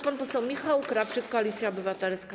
Pan poseł Michał Krawczyk, Koalicja Obywatelska.